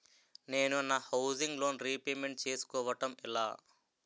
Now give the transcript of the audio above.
నేను నా housing loan repayment చేసుకోవటం ఎలా?